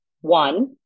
one